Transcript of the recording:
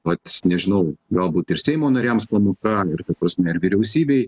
vat aš nežinau galbūt ir seimo nariams pamoka ir ta prasme ir vyriausybei